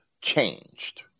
changed